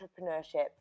entrepreneurship